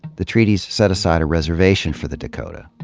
the treaties set aside a reservation for the dakota,